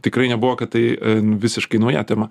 tikrai nebuvo kad tai visiškai nauja tema